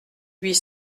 huit